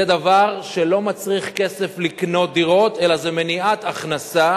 זה דבר שלא מצריך כסף לקניית דירות אלא הוא מניעת הכנסה